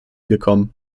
gekommen